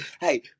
hey